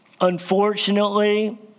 unfortunately